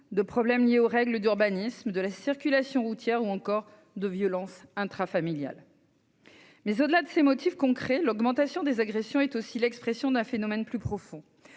aux problèmes liés aux règles d'urbanisme, à la circulation routière ou encore aux violences intrafamiliales. Toutefois, au-delà de ces motifs concrets, l'augmentation des agressions est aussi l'expression d'un phénomène plus profond.